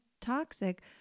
toxic